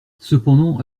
cependant